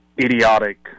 idiotic